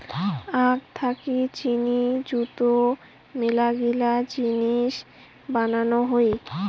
আখ থাকি চিনি যুত মেলাগিলা জিনিস বানানো হই